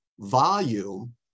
volume